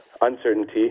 uncertainty